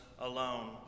alone